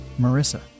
Marissa